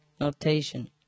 notation